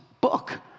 book